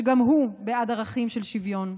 שגם הוא בעד ערכים של שוויון.